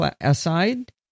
aside